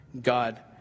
God